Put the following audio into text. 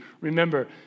Remember